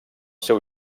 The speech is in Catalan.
seu